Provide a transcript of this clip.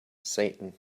satan